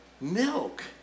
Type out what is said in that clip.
milk